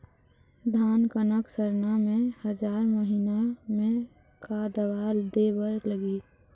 धान कनक सरना मे हजार महीना मे का दवा दे बर लगही?